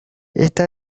esta